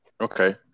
Okay